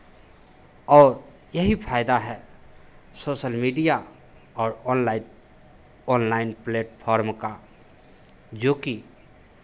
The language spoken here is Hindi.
और यही फायदा है सोशल मीडिया और ऑनलाइन ऑनलाइन प्लेटफॉर्म का जोकि